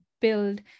build